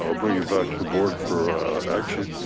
ah bring it back to board for action?